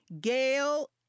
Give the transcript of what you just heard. Gail